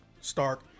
stark